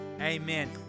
amen